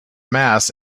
mass